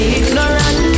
ignorant